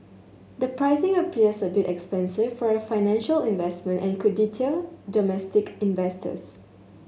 the pricing appears a bit expensive for a financial investment and could deter domestic investors